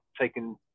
taking